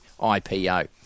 IPO